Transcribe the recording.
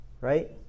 right